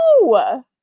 No